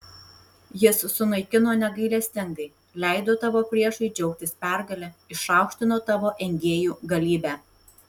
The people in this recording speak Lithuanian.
jis sunaikino negailestingai leido tavo priešui džiaugtis pergale išaukštino tavo engėjų galybę